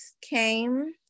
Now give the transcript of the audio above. came